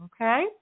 okay